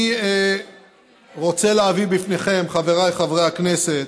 אני רוצה להביא בפניכם, חבריי חברי הכנסת,